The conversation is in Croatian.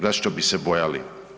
Zašto bi se bojali?